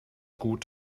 gut